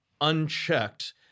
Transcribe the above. unchecked